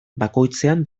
bakoitzean